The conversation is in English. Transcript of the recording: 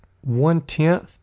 one-tenth